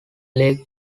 lake